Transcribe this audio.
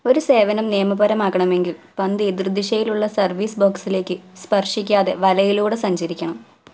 ഒരു സേവനം നിയമപരമാക്കണമെങ്കിൽ പന്ത് എതിർദിശയിലുള്ള സർവീസ് ബോക്സിലേക്ക് സ്പർശിക്കാതെ വലയിലൂടെ സഞ്ചരിക്കണം